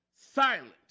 silent